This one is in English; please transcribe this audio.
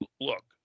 Look